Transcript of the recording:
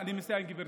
אני מסיים, גברתי.